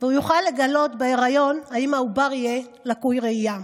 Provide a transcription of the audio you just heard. והוא יוכל לגלות בהיריון אם העובר יהיה לקוי ראייה.